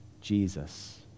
Jesus